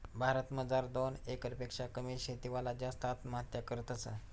भारत मजार दोन एकर पेक्शा कमी शेती वाला जास्त आत्महत्या करतस